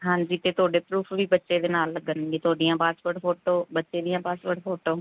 ਹਾਂਜੀ ਅਤੇ ਤੁਹਾਡੇ ਪਰੂਫ ਵੀ ਬੱਚੇ ਦੇ ਨਾਲ ਲੱਗਣਗੇ ਤੁਹਾਡੀਆਂ ਪਾਸਵਰਡ ਫੋਟੋ ਬੱਚੇ ਦੀਆਂ ਪਾਸਵਰਡ ਫੋਟੋ